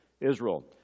Israel